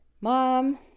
mom